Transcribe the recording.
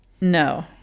no